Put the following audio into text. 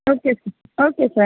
okay sir okay sir